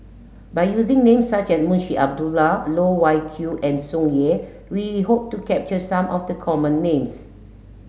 by using names such as Munshi Abdullah Loh Wai Kiew and Tsung Yeh we hope to capture some of the common names